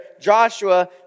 Joshua